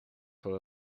voor